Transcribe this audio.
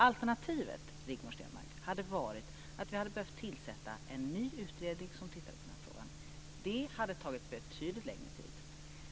Alternativet, Rigmor Stenmark, hade varit att vi hade behövt tillsätta en ny utredning som tittade på den här frågan. Det hade tagit betydligt längre tid.